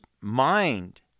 mind